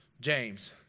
James